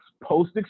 post